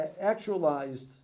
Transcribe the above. actualized